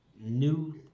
new